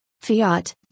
Fiat